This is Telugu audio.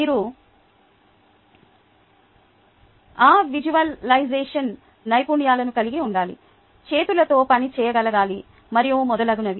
మీరు ఆ విజువలైజేషన్ నైపుణ్యాలను కలిగి ఉండాలి చేతులతో పని చేయగలగాలి మరియు మొదలగునవి